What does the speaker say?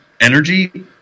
energy